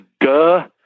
duh